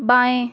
बाएँ